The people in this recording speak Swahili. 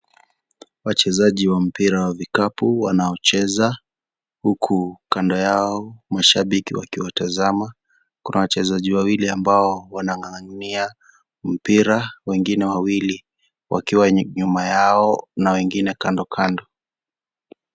Wachezaji wa mpira wa vikapu wanaocheza huku kando yao mashabiki wakiwatazama kuna wachezaji wawili ambao wanang'ang'ania mpira wengine wawili wakiwa nyuma yao na wengine kandokando.